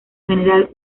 general